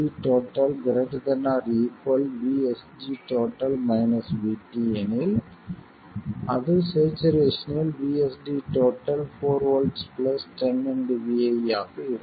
VSD ≥ VSG VT எனில் அது ஸ்சேச்சுரேசனில் VSD 4 volts 10 vi ஆக இருக்கும்